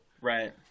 Right